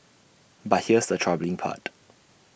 but here's the troubling part